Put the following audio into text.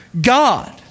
God